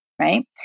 Right